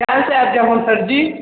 काल्हि से आबि जायब हम सरजी